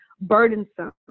burdensome